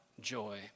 joy